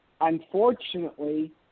unfortunately